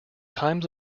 times